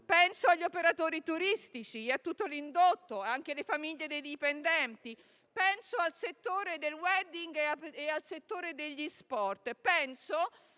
agli operatori turistici, a tutto l'indotto, anche alle famiglie dei dipendenti, al settore del *wedding* e al settore degli sport.